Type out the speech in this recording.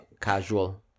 casual